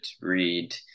read